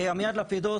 עמיעד לפידות,